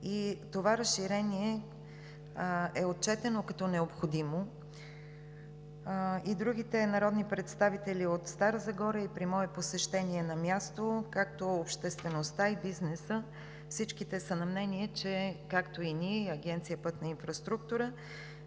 Това разширение е отчетено като необходимо. Другите народни представители от Стара Загора, и при мои посещения на място, както обществеността, и бизнесът, и ние, и Агенция „Пътна инфраструктура“